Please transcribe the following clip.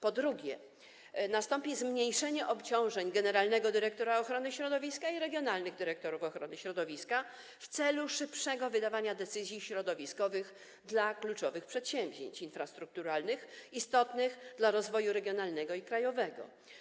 Po drugie, nastąpi zmniejszenie obciążeń generalnego dyrektora ochrony środowiska i regionalnych dyrektorów ochrony środowiska w celu szybszego wydawania decyzji środowiskowych dla kluczowych przedsięwzięć infrastrukturalnych, istotnych dla rozwoju regionalnego i krajowego.